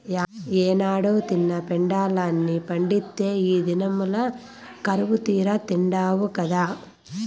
ఏనాడో తిన్న పెండలాన్ని పండిత్తే ఈ దినంల కరువుతీరా తిండావు గదా